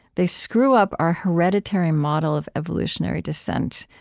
they screw up our hereditary model of evolutionary descent.